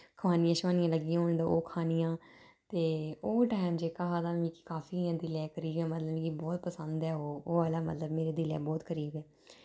खुबानियां शुबानियां लग्गियां होन ते ओह् खानियां ते ओह् टैम जेह्का हा तां मिकी काफी इ'यां दिले करीब मतलब मिकी बहुत पसंद ऐ ओह् ओह् आह्ला मतलब मेरे दिलै बहुत करीब ऐ